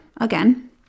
again